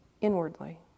inwardly